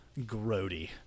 grody